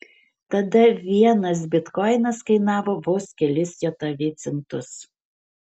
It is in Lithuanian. tada vienas bitkoinas kainavo vos kelis jav centus